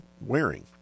wearing